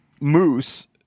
moose